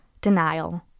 Denial